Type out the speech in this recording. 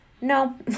No